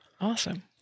Awesome